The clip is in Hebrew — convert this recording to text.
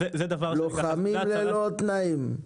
לוחמים ללא תנאים.